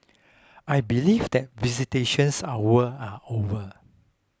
I believe that visitations hours are over